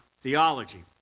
theology